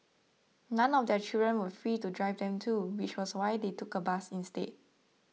none of their children were free to drive them too which was why they took a bus instead